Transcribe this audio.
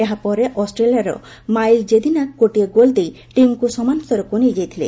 ଏହା ପରେ ଅଷ୍ଟ୍ରେଲିଆର ମାଇଲ ଜେଦିନାକ ଗୋଟିଏ ଗୋଲ ଦେଇ ଟିମ୍କୁ ସମାନ ସ୍ତରକୁ ନେଇଯାଇଥିଲେ